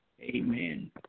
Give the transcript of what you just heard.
Amen